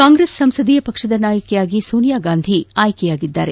ಕಾಂಗ್ರೆಸ್ ಸಂಸದೀಯ ಪಕ್ಷದ ನಾಯಕಿಯಾಗಿ ಸೋನಿಯಾಗಾಂಧಿ ಆಯ್ಕೆಯಾಗಿದ್ದಾರೆ